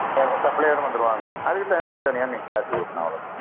ஆ சப்ளையரும் வந்துருவாங்க அதுக்குத் தனியாக அதுக்குத் தனியாக நீங்கள் சார்ஜ் கொடுக்கணும் அவ்வளோ தான்